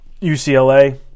UCLA